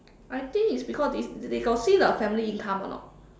I think it's because they they they got see the family income or not